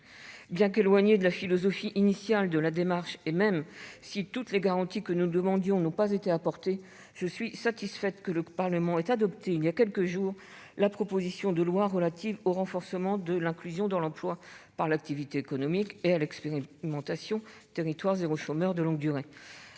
Bien qu'éloignée de la philosophie initiale de la démarche, et même si toutes les garanties que nous demandions n'ont pas été apportées, je suis satisfaite que le Parlement ait adopté il y a quelques jours la proposition de loi relative au renforcement de l'inclusion dans l'emploi par l'activité économique et à l'expérimentation « territoires zéro chômeur de longue durée